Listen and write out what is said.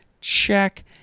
Check